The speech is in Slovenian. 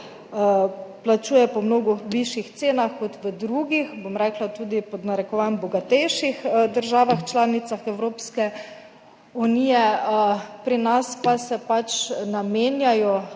plačujeta po mnogo višjih cenah kot v drugih, bom rekla tudi pod narekovajem, »bogatejših« državah članicah Evropske unije. Pri nas pa se pač namenjajo,